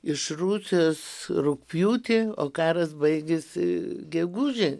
iš rusijos rugpjūtį o karas baigėsi gegužę